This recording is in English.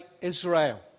Israel